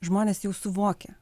žmonės jau suvokia